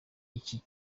iki